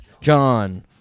John